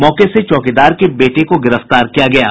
मौके से चौकीदार के बेटे को गिरफ्तार किया गया है